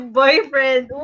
boyfriend